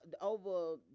over